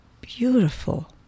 beautiful